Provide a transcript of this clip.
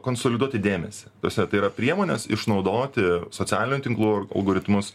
konsoliduoti dėmesį tasme tai yra priemonės išnaudoti socialinių tinklų algoritmus